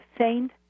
Saint